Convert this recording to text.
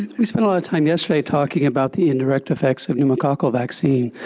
we spent a lot of time yesterday talking about the indirect effects of pneumococcal vaccine.